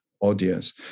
audience